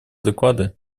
доклады